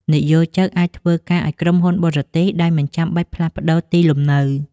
និយោជិតអាចធ្វើការឱ្យក្រុមហ៊ុនបរទេស ដោយមិនចាំបាច់ផ្លាស់ប្តូរទីលំនៅ។